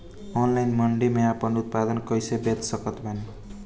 Online मंडी मे आपन उत्पादन कैसे बेच सकत बानी?